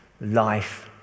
life